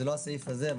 זה לא הסעיף הזה,